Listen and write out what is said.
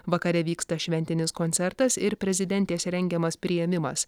vakare vyksta šventinis koncertas ir prezidentės rengiamas priėmimas